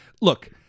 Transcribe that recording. Look